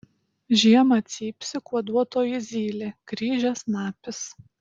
žiemą cypsi kuoduotoji zylė kryžiasnapis